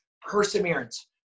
perseverance